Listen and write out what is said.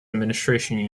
administration